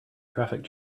traffic